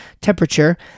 temperature